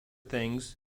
things